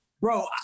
Bro